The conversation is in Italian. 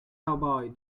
cowboy